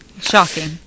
Shocking